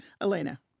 Elena